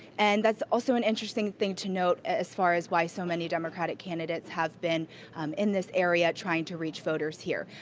and that's an interesting thing to note as far as why so many democratic candidates have been in this area trying to reach voters here.